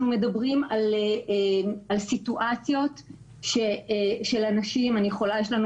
אנחנו מדברים על סיטואציות של אנשים יש לא